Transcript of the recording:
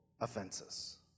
offenses